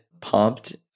pumped